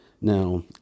Now